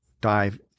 dive –